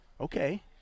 Okay